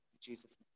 Jesus